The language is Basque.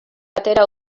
atera